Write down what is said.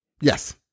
Yes